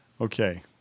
Okay